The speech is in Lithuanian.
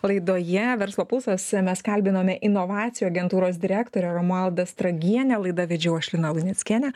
laidoje verslo pulsas mes kalbinome inovacijų agentūros direktorę romualdą stragienę laidą vedžiau aš lina luneckienė